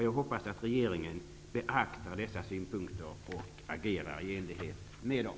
Jag hoppas att regeringen beaktar dessa synpunkter och agerar i enlighet med dem.